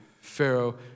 Pharaoh